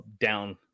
down